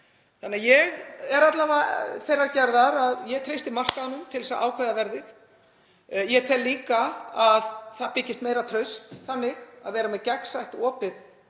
greiða. Ég er alla vega þeirrar gerðar að ég treysti markaðnum til að ákveða verðið. Ég tel líka að það byggist meira traust með því að vera með gegnsætt og